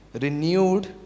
renewed